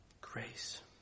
grace